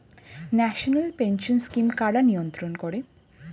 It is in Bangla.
ন্যাশনাল পেনশন স্কিম কারা নিয়ন্ত্রণ করে?